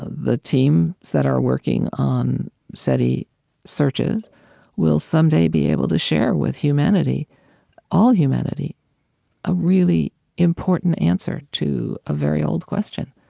the teams that are working on seti searches will someday be able to share with humanity all humanity a really important answer to a very old question.